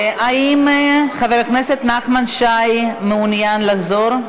האם חבר הכנסת נחמן שי מעוניין לחזור?